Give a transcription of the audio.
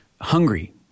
hungry